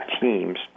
teams